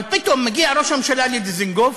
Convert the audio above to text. אבל פתאום מגיע ראש הממשלה לדיזנגוף,